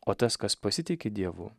o tas kas pasitiki dievu